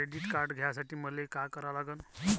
Credit card घ्यासाठी मले का करा लागन?